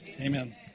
amen